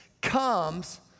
comes